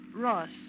Ross